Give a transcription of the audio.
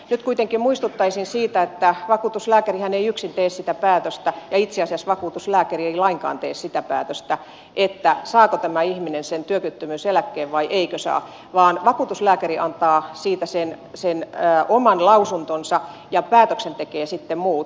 nyt kuitenkin muistuttaisin siitä että vakuutuslääkärihän ei yksin tee sitä päätöstä ja itse asiassa vakuutuslääkäri ei lainkaan tee sitä päätöstä saako tämä ihminen sen työkyvyttömyyseläkkeen vai eikö saa vaan vakuutuslääkäri antaa siitä oman lausuntonsa ja päätöksen tekevät sitten muut